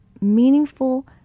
meaningful